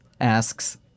asks